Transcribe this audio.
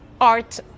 art